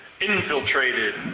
infiltrated